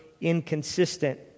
inconsistent